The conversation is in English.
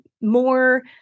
more